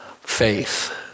faith